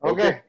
Okay